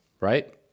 right